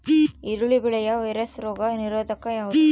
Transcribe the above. ಈರುಳ್ಳಿ ಬೆಳೆಯ ವೈರಸ್ ರೋಗ ನಿರೋಧಕ ಯಾವುದು?